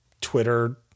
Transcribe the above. Twitter